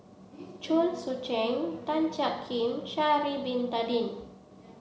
Chen Sucheng Tan Jiak Kim Sha'ari Bin Tadin